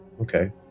Okay